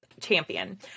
champion